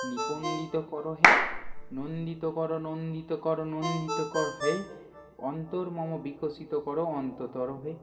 নিঃস্পন্দিত করো হে নন্দিত করো নন্দিত করো নন্দিত করো হে অন্তর মম বিকশিত করো অন্তরতর হে